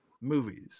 movies